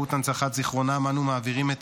באמצעות הנצחת זיכרונם אנו מעבירים את